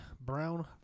brown